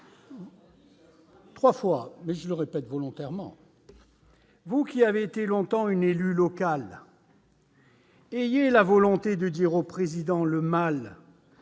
trois fois, mais je le répète volontairement !... vous qui avez été longtemps une élue locale, ayez la volonté de dire au Président le mal